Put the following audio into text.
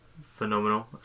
Phenomenal